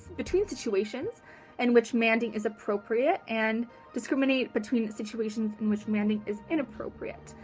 between situations in which manding is appropriate and discriminate between situations in which manding is inappropriate.